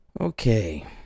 Okay